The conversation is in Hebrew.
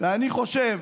ואני חושב